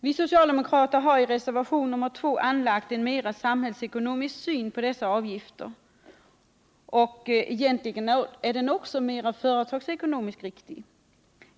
Vi socialdemokrater har i reservationen 2 anlagt en mera samhällsekonomisk syn på dessa avgifter — och egentligen är den också företagsekonomiskt riktigare.